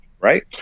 right